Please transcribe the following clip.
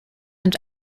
und